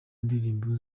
ndirimbo